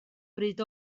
bryd